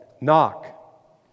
Knock